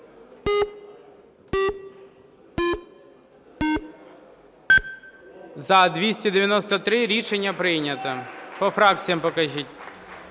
За-293 Рішення прийнято. По фракціях покажіть.